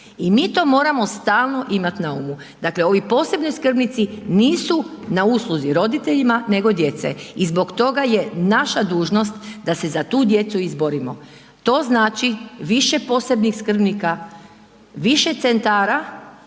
I mi to moramo stalno imati na umu, dakle ovi posebni skrbnici nisu na usluzi roditeljima nego djeci. I zbog toga je naša dužnost da se za tu djecu izborimo, to znači više posebnih skrbnika, više centara